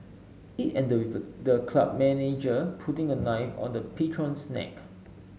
it ended with the club manager putting a knife on the patron's neck